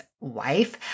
wife